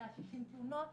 160 תלונות,